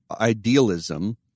idealism